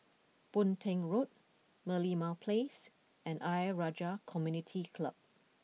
Boon Teck Road Merlimau Place and Ayer Rajah Community Club